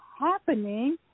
happening